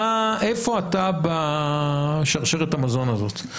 איפה אתה בשרשרת המזון הזאת?